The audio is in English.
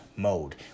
Mode